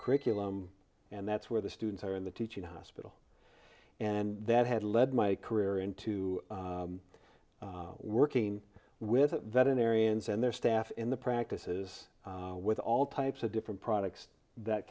curriculum and that's where the students are in the teaching hospital and that had led my career into working with that in ariens and their staff in the practices with all types of different products that